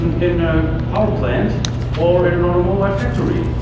and in a power plant or in an automobile factory.